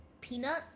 peanut